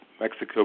Mexico